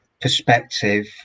perspective